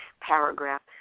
paragraph